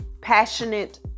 passionate